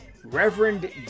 Reverend